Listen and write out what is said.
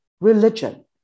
religion